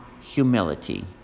humility